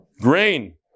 grain